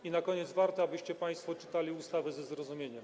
I na koniec - warto, abyście państwo czytali ustawy ze zrozumieniem.